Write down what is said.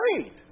great